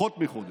פחות מחודש.